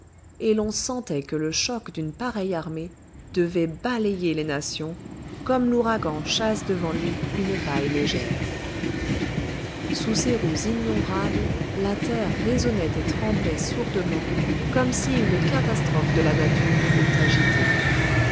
et l'on sentait que le choc d'une pareille armée devait balayer les nations comme l'ouragan chasse devant lui une paille légère sous ces roues innombrables la terre résonnait et tremblait sourdement comme si une catastrophe de la nature l'eût agitée